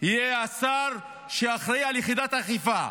יהיה השר שאחראי על יחידת האכיפה.